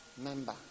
member